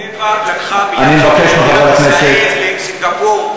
"טבע" לקחה מיליארד שקל ממדינת ישראל לסינגפור.